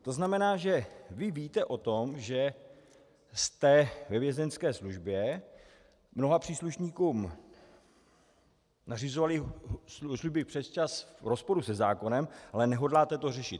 To znamená, že vy víte o tom, že jste ve Vězeňské službě mnoha příslušníkům nařizovali služby přesčas v rozporu se zákonem, ale nehodláte to řešit.